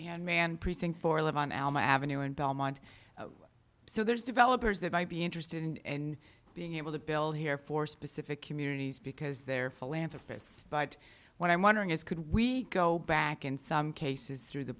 and man precinct four live on elm avenue in belmont so there's developers that might be interested in being able to build here for specific communities because they're philanthropist spite what i'm wondering is could we go back in some cases through the